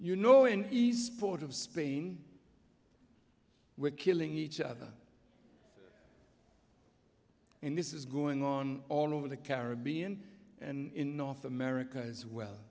you know in the sport of spain we're killing each other and this is going on all over the caribbean and in north america as well